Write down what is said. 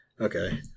Okay